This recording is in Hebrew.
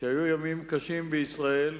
שהיו ימים קשים בישראל.